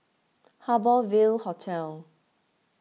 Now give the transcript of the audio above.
Harbour Ville Hotel